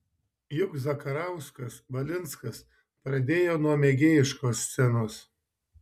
juk zakarauskas valinskas pradėjo nuo mėgėjiškos scenos